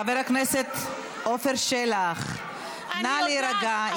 חבר הכנסת עפר שלח, נא להירגע.